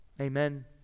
Amen